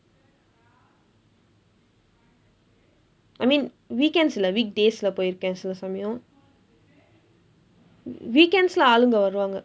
I mean weekends இல்ல:illa weekdays-lae போயிருக்கேன் சில சமயம்:pooyirukkeen sila samayam weekends-lae ஆளுங்க வருவாங்க:aalungka varuvaangka